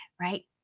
right